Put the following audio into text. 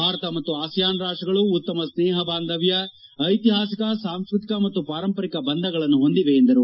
ಭಾರತ ಮತ್ತು ಆಸಿಯಾನ್ ರಾಷ್ಪಗಳು ಉತ್ತಮ ಸ್ನೇಹ ಬಾಂಧವ್ಯ ಐತಿಹಾಸಿಕ ಸಾಂಸ್ಕತಿಕ ಮತ್ತು ಪಾರಂಪರಿಕ ಬಂಧಗಳನ್ನು ಹೊಂದಿವೆ ಎಂದರು